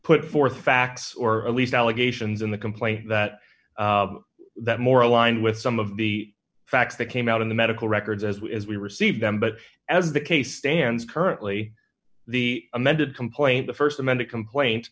put forth facts or at least allegations in the complaint that that more aligned with some of the facts that came out in the medical records as we received them but as the case stands currently the amended complaint the st amended complaint